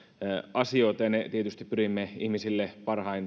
asioita ja ne tietysti pyrimme ihmisille